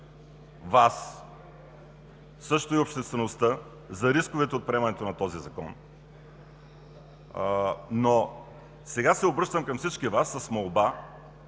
Вас, също и обществеността за рисковете от приемането на този закон. Сега се обръщам към всички Вас, с молба